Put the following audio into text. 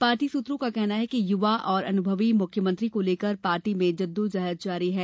party सूत्रों का कहना है कि युवा और अनुभवी मुख्यमंत्री को लेकर पार्टी में जद्दोंजहद जारी है